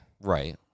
Right